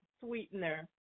sweetener